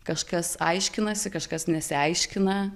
kažkas aiškinasi kažkas nesiaiškina